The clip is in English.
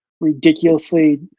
ridiculously